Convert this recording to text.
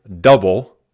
double